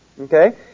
Okay